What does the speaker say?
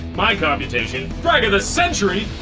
my computation? frag of the century!